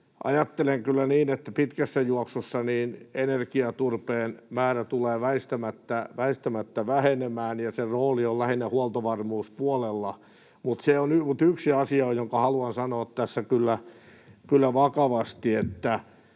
Ajattelen kyllä niin, että pitkässä juoksussa energiaturpeen määrä tulee väistämättä vähenemään ja sen rooli on lähinnä huoltovarmuuspuolella, mutta se on yksi asia, jonka haluan sanoa tässä kyllä vakavasti, että